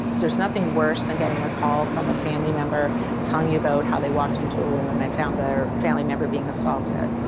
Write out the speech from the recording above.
there's nothing worse than getting a call from a family member telling you about how they walked into a room and found their family member being assaulted.